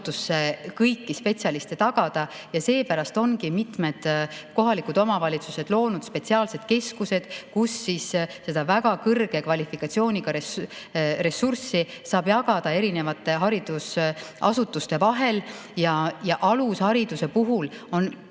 kõiki spetsialiste leida. Seepärast ongi mitmed kohalikud omavalitsused loonud spetsiaalsed keskused, kus seda väga kõrget kvalifikatsiooni [eeldavat] toetust saab jagada erinevatele haridusasutustele. Ja alushariduse puhul on